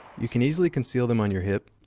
you can easily conceal them on your hip,